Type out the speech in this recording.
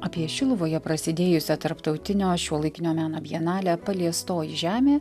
apie šiluvoje prasidėjusią tarptautinio šiuolaikinio meno bienalę paliestoji žemė